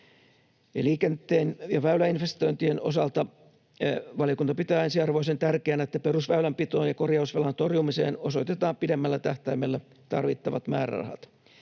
Liikenteen ja väyläinvestointien osalta valiokunta pitää ensiarvoisen tärkeänä, että perusväylänpitoon ja korjausvelan torjumiseen osoitetaan pidemmällä tähtäimellä tarvittavat määrärahat.